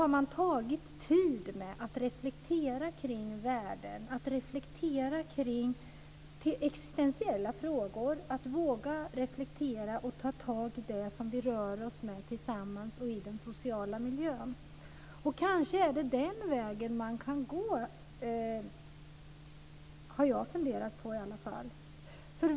Man har tagit sig tid att reflektera kring värden, att reflektera kring existentiella frågor, att våga reflektera och ta tag i det som berör oss tillsammans i den sociala miljön. Kanske är det den vägen man kan gå. Det har i alla fall jag funderat på.